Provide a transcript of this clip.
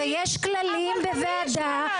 ויש כללים בוועדה,